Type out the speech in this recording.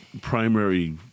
primary